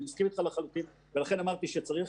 אני מסכים איתך לחלוטין ולכן אמרתי שצריך